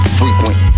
frequent